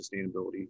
sustainability